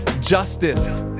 justice